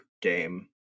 game